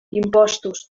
impostos